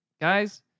Guys